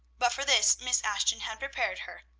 but for this miss ashton had prepared her,